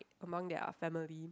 among their family